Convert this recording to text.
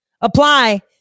apply